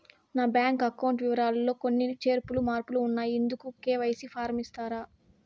నా bank account వివరాలు లో కొన్ని చేర్పులు మార్పులు ఉన్నాయి, ఇందుకు కె.వై.సి ఫారం ఇస్తారా?